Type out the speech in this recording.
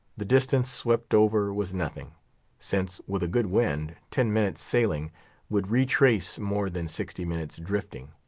the distance swept over was nothing since, with a good wind, ten minutes' sailing would retrace more than sixty minutes, drifting.